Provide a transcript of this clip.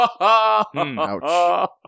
Ouch